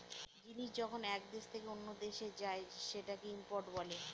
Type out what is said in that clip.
জিনিস যখন এক দেশ থেকে অন্য দেশে যায় সেটাকে ইম্পোর্ট বলে